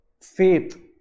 faith